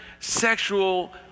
sexual